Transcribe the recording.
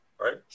Right